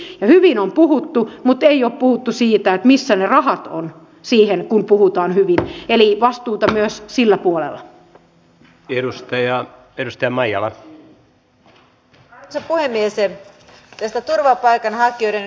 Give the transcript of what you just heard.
aina ei edes tällaista valmistelua ole käytetty ja hallitukset ovat puutteellisen valmistelun jälkeen parin vuorokauden yöistunnoissa sopineet suurista ja kauaskantoisista asioista tietämättä tai tarkistamatta kaikkia tarkoittamattomia seurauksia päätösten jälkeen